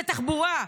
זה תחבורה,